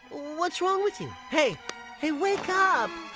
what's wrong with you? hey hey wake up!